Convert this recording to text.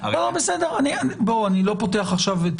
אני לא פותח את זה עכשיו.